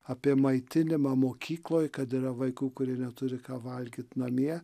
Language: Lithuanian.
apie maitinimą mokykloj kad yra vaikų kurie neturi ką valgyt namie